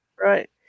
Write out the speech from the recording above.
Right